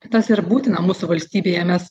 tas yra būtina mūsų valstybėje mes